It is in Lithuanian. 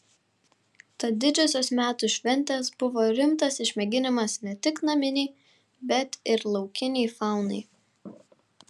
tad didžiosios metų šventės buvo rimtas išmėginimas ne tik naminei bet ir laukinei faunai